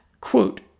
Quote